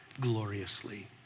gloriously